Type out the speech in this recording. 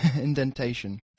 indentation